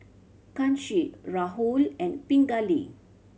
Kanshi Rahul and Pingali